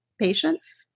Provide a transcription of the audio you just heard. patients